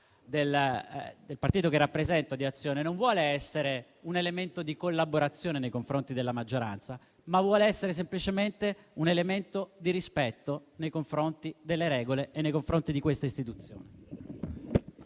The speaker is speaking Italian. del partito che rappresento, cioè Azione, non vuole essere un elemento di collaborazione nei confronti della maggioranza, ma semplicemente di rispetto nei confronti delle regole e di questa Istituzione.